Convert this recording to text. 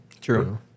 True